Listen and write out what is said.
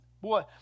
Boy